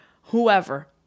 whoever